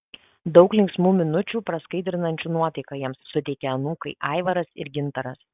daug linksmų minučių praskaidrinančių nuotaiką jiems suteikia anūkai aivaras ir gintaras